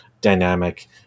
dynamic